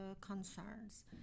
concerns